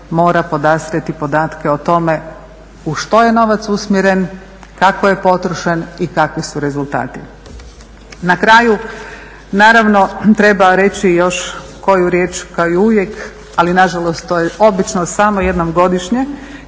mora podastrijeti podatke o tome u što je novac usmjeren, kako je potrošen i kakvi su rezultati. Na kraju naravno treba reći još koju riječ kao i uvijek, ali nažalost to je obično samo jednom godišnje